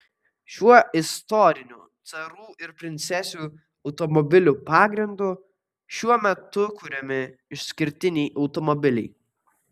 šiuo istoriniu carų ir princesių automobilių pagrindu šiuo metu kuriami išskirtiniai automobiliai